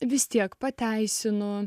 vis tiek pateisinu